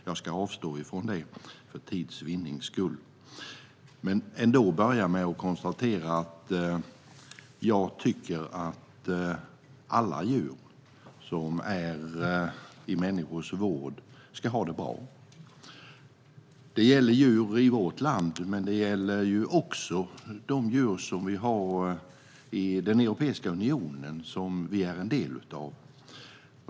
Jag ska avstå från det för tids vinnande, men jag vill ändå börja med att konstatera att jag tycker att alla djur som är i människors vård ska ha det bra. Det gäller djur i vårt land men också djuren i Europeiska unionen, som vi är del av.